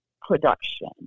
production